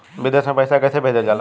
विदेश में पैसा कैसे भेजल जाला?